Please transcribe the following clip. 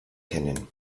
kennen